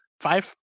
Five